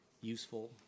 useful